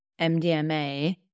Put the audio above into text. MDMA